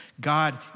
God